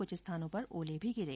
कृछ स्थानों पर ओले भी गिरे